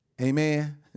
Amen